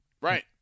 Right